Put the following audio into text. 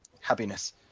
happiness